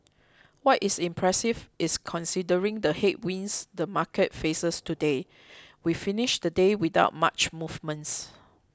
what is impressive is considering the headwinds the market faces today we finished the day without much movements